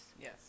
yes